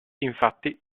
infatti